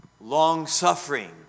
long-suffering